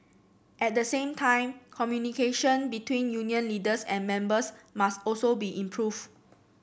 at the same time communication between union leaders and members must also be improved